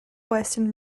western